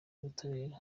ubutabera